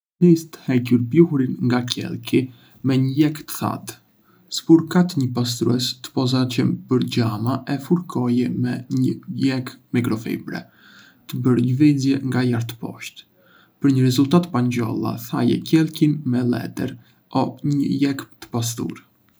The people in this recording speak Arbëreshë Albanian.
Nisë të hequr pluhurin nga qelki me një leckë të thatë. Spërkat një pastrues të posaçëm për xhama e fërkoje me një leckë mikrofibre, të bërë lëvizje nga lart poshtë. Për një rezultat pa njolla, thaje qelkin me letër o një leckë të pastër.